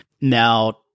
now